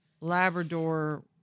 Labrador